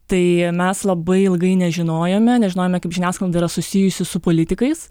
tai mes labai ilgai nežinojome nežinojome kaip žiniasklaida yra susijusi su politikais